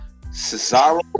Cesaro